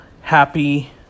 happy